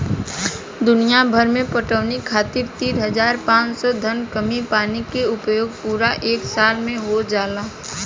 दुनियाभर में पटवनी खातिर तीन हज़ार पाँच सौ घन कीमी पानी के उपयोग पूरा एक साल में हो जाला